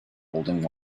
holding